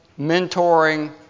mentoring